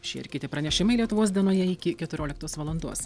šie ir kiti pranešimai lietuvos dienoje iki keturioliktos valandos